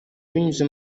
binyuze